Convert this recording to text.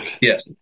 Yes